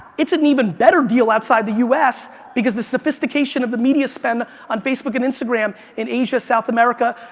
it's an even better deal outside the us because the sophistication of the media spin on facebook and instagram in asia, south america,